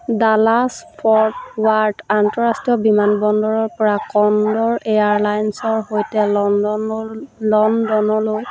Dallas Fort Worth আন্তঃৰাষ্ট্ৰীয় বিমানবন্দৰৰ পৰা কণ্ডৰ এয়াৰলাইনছৰ সৈতে লণ্ডন লণ্ডনলৈ